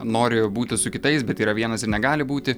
nori būti su kitais bet yra vienas ir negali būti